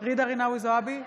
ג'ידא רינאוי זועבי,